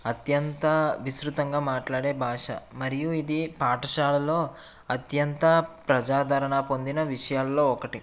అత్యంత విస్తృతంగా మాట్లాడే భాష మరియు ఇది పాఠశాలలో అత్యంత ప్రజాదరణ పొందిన విషయాల్లో ఒకటి